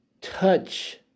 touch